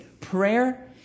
prayer